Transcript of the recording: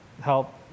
help